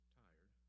tired